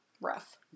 rough